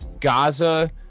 Gaza